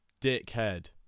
Dickhead